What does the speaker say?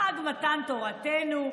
חג מתן תורתנו,